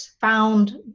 found